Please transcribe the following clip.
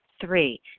Three